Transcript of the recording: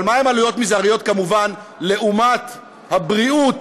אבל מה הן עלויות מזעריות כמובן לעומת הבריאות